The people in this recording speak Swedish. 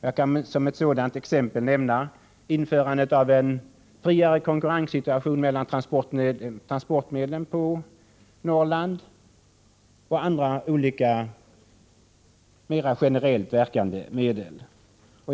Jag kan som exempel nämna införande av en friare konkurrens mellan transportmedlen på Norrland och olika andra, mera generellt verkande medel. Herr talman!